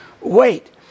wait